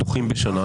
דוחים בשנה.